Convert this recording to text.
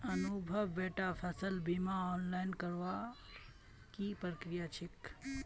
अनुभव बेटा फसल बीमा ऑनलाइन करवार की प्रक्रिया छेक